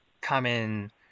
common